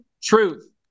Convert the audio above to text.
truth